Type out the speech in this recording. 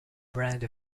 brand